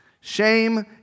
Shame